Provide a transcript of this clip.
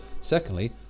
Secondly